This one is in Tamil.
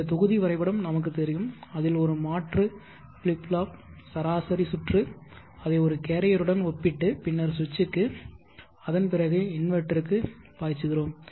இந்த தொகுதி வரைபடம் நமக்குத் தெரியும் அதில் ஒரு மாற்று Flip flop சராசரி சுற்று அதை ஒரு கேரியருடன் ஒப்பிட்டு பின்னர் சுவிட்சுக்கு அதன் பிறகு இன்வெர்ட்டருக்கு பாய்ச்சிகிறோம்